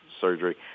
surgery